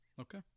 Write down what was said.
Okay